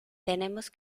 tenemos